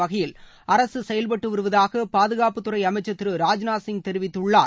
வகையில் அரசு செயல்பட்டு வருவதாக பாதுகாப்புத்துறை அமைச்சர் திரு ராஜ்நாத் சிங் தெரிவித்துள்ளார்